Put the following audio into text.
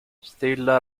stella